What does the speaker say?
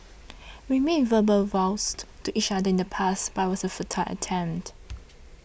we made verbal vows to each other in the past but it was a futile attempt